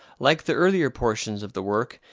like the earlier portions of the work,